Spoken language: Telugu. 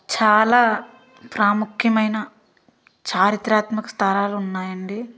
చాలా ప్రాముఖ్యమైన చారిత్రాత్మక స్థలాలు ఉన్నాయండి